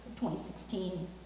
2016